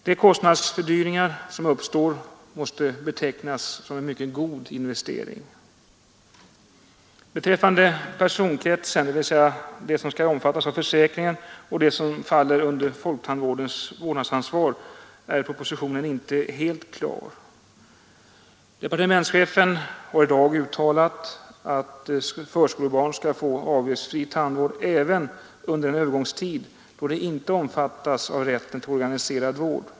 De kostnadsfördyringar som uppstår måste betecknas som en mycket god investering. Beträffande personkretsen, dvs. de som skall omfattas av försäkringen och de som faller under folktandvårdens vårdnadsansvar, är propositionen inte helt klar. Departementschefen har i dag uttalat att förskolebarn skall få avgiftsfri tandvård även under en övergångstid, då de inte omfattas av rätten till organiserad vård.